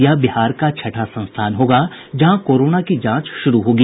यह बिहार का छठा संस्थान होगा जहां कोरोना की जांच शुरू होगी